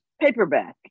paperback